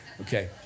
Okay